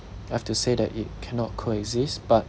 I have to say that it cannot coexist but